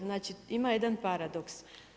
Znači ima jedan paradoks.